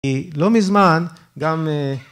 לא מזמן, גם...